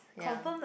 ya